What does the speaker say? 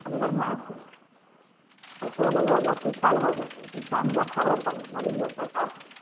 तनी बढ़िआँ से पैसो लेबहो जे सुफल होइ जाएत कम बेस करहो तनी गरीब लोगके साथ